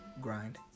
grind